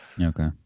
Okay